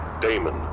Damon